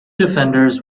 defenders